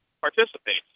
participates